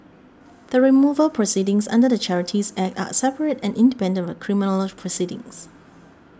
the removal proceedings under the Charities Act are separate and independent of the criminal proceedings